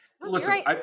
Listen